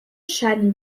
scheinen